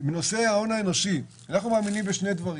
נושא ההון האנושי: אנחנו מאמינים בשני דברים,